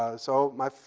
ah so my